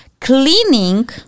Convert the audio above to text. cleaning